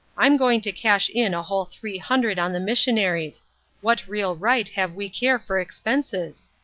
i'm going to cash in a whole three hundred on the missionaries what real right have we care for expenses!